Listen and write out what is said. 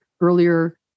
Earlier